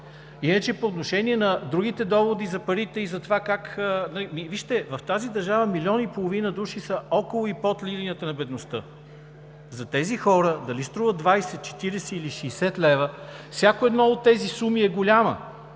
така. По отношение на другите доводи за парите, вижте, в тази държава милион и половина души са около и под линията на бедността. За тези хора дали струва 20, 40 или 60 лв., всяка една от тези суми е голяма.